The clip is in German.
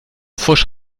pfusch